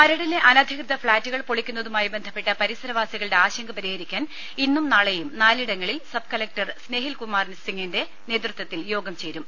മരടിലെ അനധികൃത ഫ്ളാറ്റുകൾ പൊളിക്കുന്നതുമായി ബന്ധപ്പെട്ട പരിസരവാസികളുടെ ആശങ്ക പരിഹരിക്കാൻ ഇന്നും നാളെയും നാലിട ങ്ങളിൽ സബ് കലക്ടർ സ്നേഹിൽ കുമാർ സിംഗിന്റെ നേതൃത്വത്തിൽ യോഗം ചേരും